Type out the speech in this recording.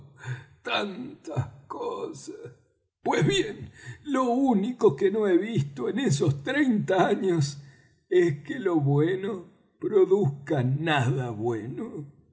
tantas cosas pues bien lo único que no he visto en esos treinta años es que lo bueno produzca nada bueno